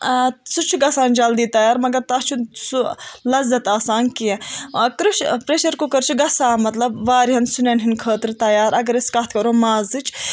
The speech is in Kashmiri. آ سُہ چھُ گَژھان جلدی تیار مگر تَتھ چھُنہٕ سُہ لَذت آسان کیٚنٛہہ آ کرے پریشر کُکَر چھُ گَژھان مطلب واریاہن سنٮ۪ن ہِند خٲطرٕ تیار اگر أسۍ کَتھ کَرو مازٕچ